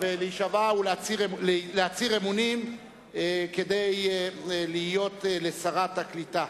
להצהיר אמונים כדי להיות לשרת הקליטה.